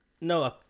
No